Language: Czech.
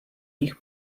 nich